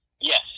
yes